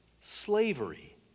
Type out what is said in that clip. slavery